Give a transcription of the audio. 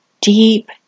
deep